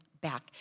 back